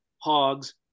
hogs